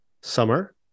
summer